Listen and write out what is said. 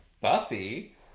Buffy